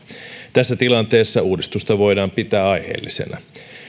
tässä tilanteessa uudistusta voidaan pitää aiheellisena